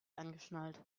angeschnallt